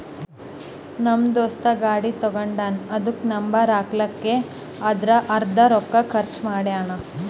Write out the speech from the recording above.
ನಮ್ ದೋಸ್ತ ಗಾಡಿ ತಗೊಂಡಾನ್ ಅದುಕ್ಕ ನಂಬರ್ ಹಾಕ್ಲಕ್ಕೆ ಅರ್ದಾ ರೊಕ್ಕಾ ಖರ್ಚ್ ಮಾಡ್ಯಾನ್